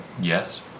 Yes